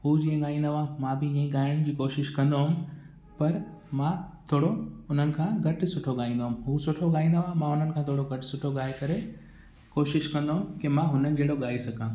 हो जीअं ॻाईंदा हुआ मां बि हीअं ई ॻाइण जी कोशिशि कंदुमि पर मां थोरो उन्हनि खां घटि सुठो ॻाईंदुमि हो सुठो ॻाईंदा हुआ मां उन्हनि खां थोरो घटि सुठो ॻाए करे कोशिशि कंदुमि की मां उन्हनि जहिड़ो ॻाए सघां